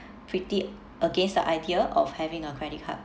pretty against the idea of having a credit card